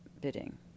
bidding